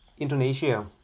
Indonesia